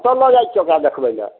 कतऽ लऽ जाइ छियै ओकरा देखबै लऽ